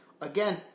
again